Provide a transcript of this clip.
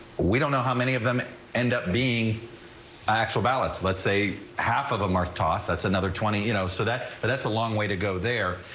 we don't know how many of them end up me actual ballots, let's say half of them are tossed that's another twenty, you know, so that but that's a long way to go there.